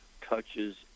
touches